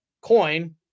coin